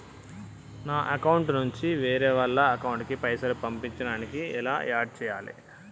నా అకౌంట్ నుంచి వేరే వాళ్ల అకౌంట్ కి పైసలు పంపించడానికి ఎలా ఆడ్ చేయాలి?